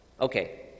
Okay